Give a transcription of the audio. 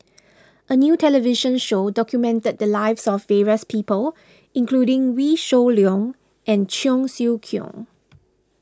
a new television show documented the lives of various people including Wee Shoo Leong and Cheong Siew Keong